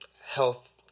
health